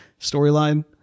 storyline